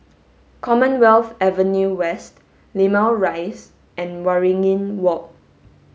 Commonwealth Avenue West Limau Rise and Waringin Walk